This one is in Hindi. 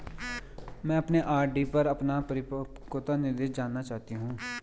मैं अपने आर.डी पर अपना परिपक्वता निर्देश जानना चाहती हूँ